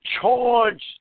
charged